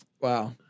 Wow